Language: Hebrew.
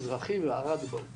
המזרחי, בערד, בדימונה.